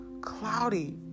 cloudy